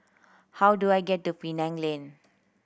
how do I get to Penang Lane